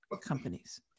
companies